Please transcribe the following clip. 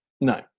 No